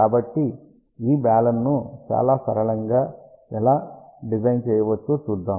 కాబట్టి ఈ బాలన్ ను మనం చాలా సరళంగా ఎలా డిజైన్ చేయవచ్చో చూద్దాం